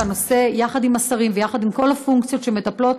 יחד עם השרים ויחד עם כל הפונקציות שמטפלות,